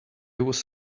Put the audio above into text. was